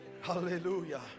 Hallelujah